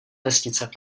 vesnice